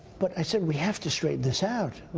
but i said we have to straighten this out.